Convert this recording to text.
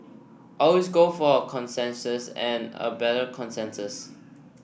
always go for a consensus and a better consensus